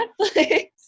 Netflix